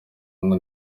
ngo